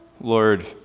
Lord